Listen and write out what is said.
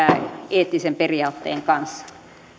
eettisen periaatteen kanssa